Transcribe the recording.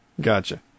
Gotcha